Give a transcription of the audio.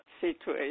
situation